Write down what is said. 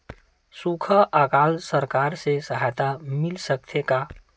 सुखा अकाल सरकार से सहायता मिल सकथे का?